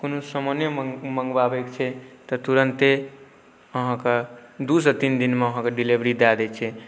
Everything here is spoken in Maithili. कोनो सामाने मँगबाबैके छै तऽ तुरन्ते अहाँके दुइसँ तीन दिनमे अहाँके डिलिवरी दऽ दै छै